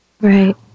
Right